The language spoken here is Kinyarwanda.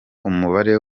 umubare